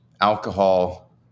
alcohol